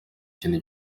kintu